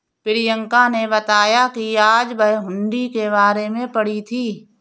प्रियंका ने बताया कि आज वह हुंडी के बारे में पढ़ी थी